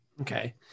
okay